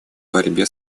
борьбе